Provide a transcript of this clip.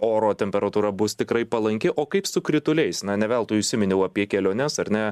oro temperatūra bus tikrai palanki o kaip su krituliais na ne veltui užsiminiau apie keliones ar ne